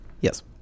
Yes